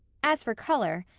as for color,